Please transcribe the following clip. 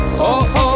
Oh-oh